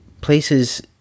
places